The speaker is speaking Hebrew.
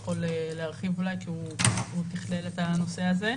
יכול להרחיב אולי כי הוא תכלל את הנושא הזה.